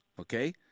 Okay